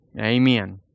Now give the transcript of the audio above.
Amen